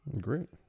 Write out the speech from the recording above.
great